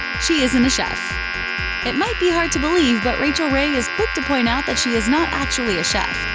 she isn't a chef it might be hard to believe, but rachael ray is quick to point out that she is not actually a chef.